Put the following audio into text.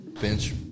bench